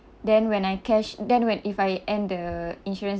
then when I cash then when if I end the insurance